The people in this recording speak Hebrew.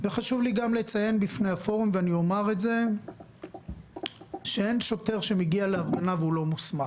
חשוב לי גם לציין בפני הפורום שאין שוטר שמגיע להפגנה והוא לא מוסמך.